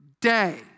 day